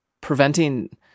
Preventing